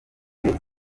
mezi